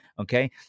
okay